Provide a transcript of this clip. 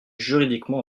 juridiquement